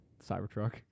Cybertruck